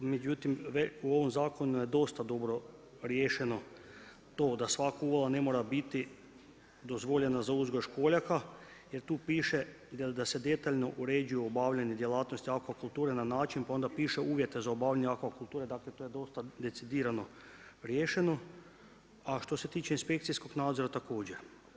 Međutim u ovom zakonu je dosta riješeno to da svaka uvala ne mora biti dozvoljena za uzgoj školjaka jer tu piše da se detaljno uređuje obavljanje djelatnosti akvakulture na način, pa onda piše uvjete za obavljanje akvakulture dakle to je dosta decidirano riješeno, a što se tiče inspekcijskog nadzora također.